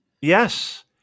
Yes